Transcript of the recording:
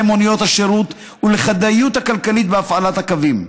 מוניות השירות ולכדאיות הכלכלית בהפעלת הקווים.